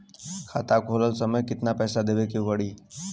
खाता खोलत समय कितना पैसा देवे के पड़ी?